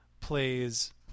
plays